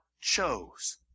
chose